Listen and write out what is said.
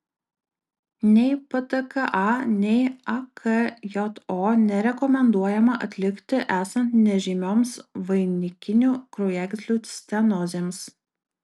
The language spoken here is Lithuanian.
nei ptka nei akjo nerekomenduojama atlikti esant nežymioms vainikinių kraujagyslių stenozėms